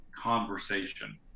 conversation